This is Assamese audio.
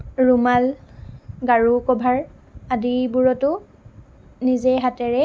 ৰুমাল গাৰু কভাৰ আদিবোৰতো নিজেই হাতেৰে